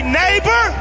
neighbor